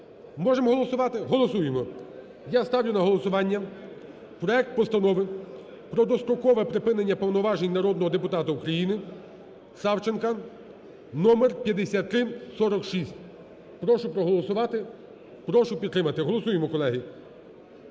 можемо голосувати? Голосуємо. Я ставлю на голосування проект Постанови про дострокове припинення повноважень народного депутата України Савченка, номер 5346. Прошу проголосувати, прошу підтримати. Голосуємо, колеги.